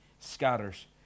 Scatters